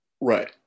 right